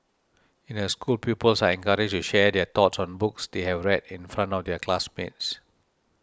in her school pupils are encouraged to share their thoughts on books they have read in front of their classmates